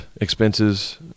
expenses